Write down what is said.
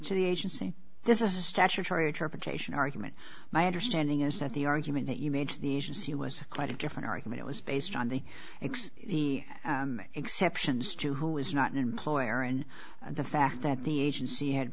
to the agency this is a statutory interpretation argument my understanding is that the argument that you made to the agency was quite a different argument was based on the x exceptions to who was not an employer and the fact that the agency had